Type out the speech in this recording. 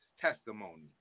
testimony